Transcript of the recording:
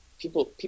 People